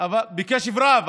בקשב רב.